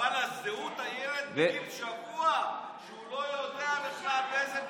אבל זהות הילד בגיל שבוע, שהוא לא יודע בכלל שהוא